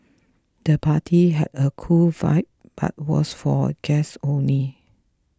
the party had a cool vibe but was for guests only